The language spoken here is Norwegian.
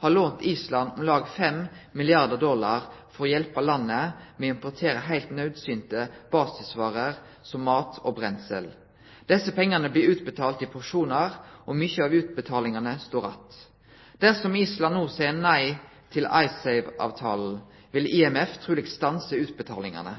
har lånt Island om lag 5 milliardar dollar for å hjelpe landet med å importere heilt naudsynte basisvarer som mat og brensel. Desse pengane blir utbetalte i porsjonar, og mykje av utbetalingane står att. Dersom Island no seier nei til Icesave-avtalen, vil IMF truleg stanse utbetalingane.